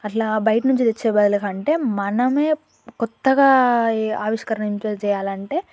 అట్లా బయటనుంచి తెచ్చే బదులు కంటే మనమే కొత్తగా ఆవిష్కరింప చేయాలంటే